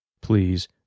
please